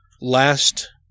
last